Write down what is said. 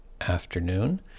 afternoon